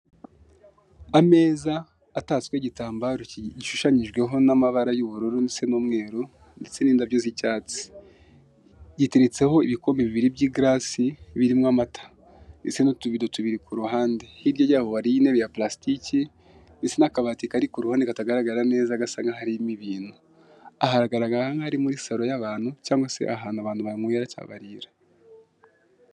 Ameza atatsweho igitambaro gishoshanyijweho n'amabara y'ubururu ndetse n'umweru ndetse n'indabyo z'icyatsi giteretseho ibikombe bibiri by'igarasi birimo amata ndetse n'utubido tubiri k'uruhande hirya yaho hariho intebe ya parastiki ndetse n'akabati kari kuruhande katagaragara neza gasa nkaho karimo ibintu, aha hagaragara nkaho ari muri saro y'abantu cyangwa se ahantu abantu banywera cyangwa barira.